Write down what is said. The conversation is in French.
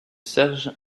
serge